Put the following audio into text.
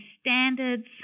standards